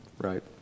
right